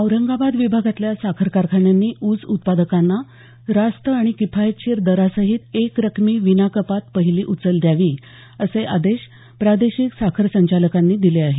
औरंगाबाद विभागातल्या साखर कारखान्यांनी ऊस उत्पादकांना रास्त आणि किफायतशीर दरासहीत एक रकमी विनाकपात पहिली उचल द्यावी असे आदेश प्रादेशिक साखर संचालकांनी दिले आहेत